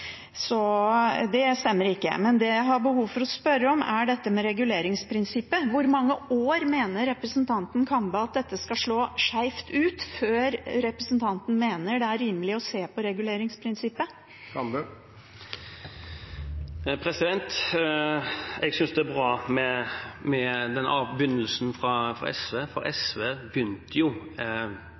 Så det stemmer ikke. Men det jeg har behov for å spørre om, er dette med reguleringsprinsippet. Hvor mange år mener representanten Kambe at dette skal slå skjevt ut før representanten mener det er rimelig å se på reguleringsprinsippet? Jeg synes den begynnelsen fra SV var bra, for SV begynte jo den